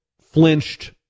flinched